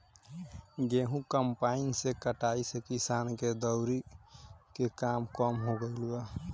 गेंहू कम्पाईन से कटाए से किसान के दौवरी के काम कम हो गईल बा